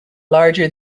larger